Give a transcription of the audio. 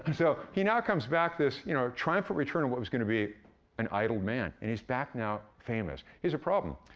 and so he now comes back, this you know triumphant return of what was gonna be an idle man, and he's back now, famous. he has a problem.